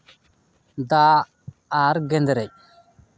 ᱫᱟᱜ ᱟᱨ ᱜᱮᱸᱫᱽᱨᱮᱡ